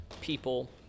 people